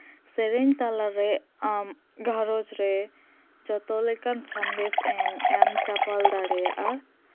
ᱥᱮᱨᱮᱧ ᱛᱟᱞᱟᱨᱮ ᱟᱢ ᱜᱷᱟᱸᱨᱚᱧᱡᱽ ᱨᱮ ᱡᱚᱛ ᱞᱮᱠᱟᱱ ᱥᱚᱱᱫᱮᱥ ᱮᱢ ᱪᱟᱯᱟᱞ ᱫᱟᱲᱮᱭᱟᱜᱼᱟ